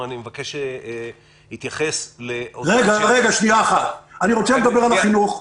אני רוצה לדבר על החינוך,